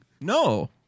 no